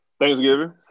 Thanksgiving